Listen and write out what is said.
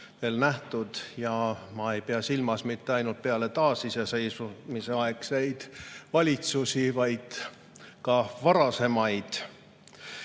veel nähtud ja ma ei pea silmas mitte ainult taasiseseisvumise järgseid valitsusi, vaid ka varasemaid.